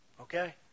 Okay